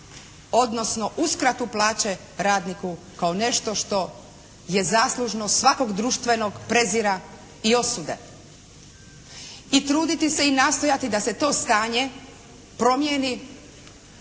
odnosno uskratu plaće radniku kao nešto što je zaslužno svakog društvenog prezira i osude i truditi se i nastojati da se to stanje promijeni